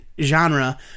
genre